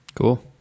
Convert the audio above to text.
Cool